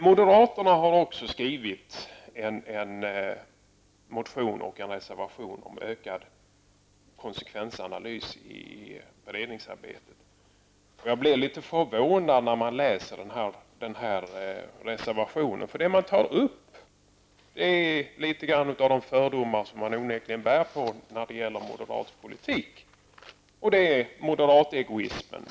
Moderaterna har också skrivit en motion och en reservation om ökad konsekvensanalys i beredningsarbetet. Jag blir förvånad när jag läser den här motionen. Det man tar upp är litet av de fördomar som man onekligen bär på i moderat politik; det är moderategoismen.